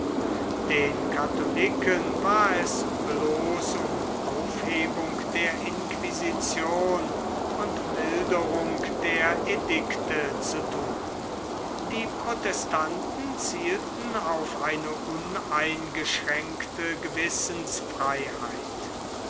den katholiken war es bloß um aufhebung der inquisition und milderung der edikte zu thun die protestanten zielten auf eine uneingeschränkte gewissensfreiheit